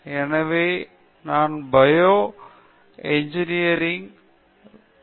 எனவே நான் bio processing இன்ஜினியரிங்கு தேவையான அகாடமியில் சேர்த்தேன்